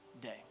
day